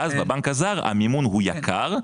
ואז בבנק הזר המימון הוא יקר,